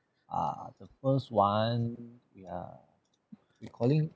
err the first one uh recalling